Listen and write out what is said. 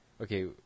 okay